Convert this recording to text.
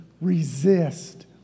resist